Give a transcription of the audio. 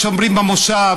היו שומרים במושב,